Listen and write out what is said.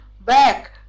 back